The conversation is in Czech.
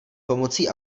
pomocí